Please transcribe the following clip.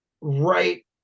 right